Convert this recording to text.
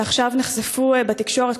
שעכשיו נחשפו בתקשורת,